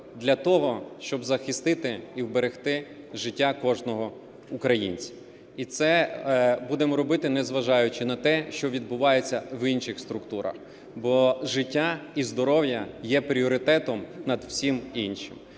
для того, щоб захистити і вберегти життя кожного українця. І це будемо робити, незважаючи на те, що відбувається в інших структурах, бо життя і здоров'я є пріоритетом над усім іншим.